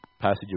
passage